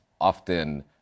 often